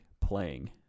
playing